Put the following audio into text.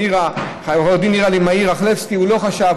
עו"ד נירה לאמעי-רכלבסקי הוא לא חשב,